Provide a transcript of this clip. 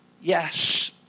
yes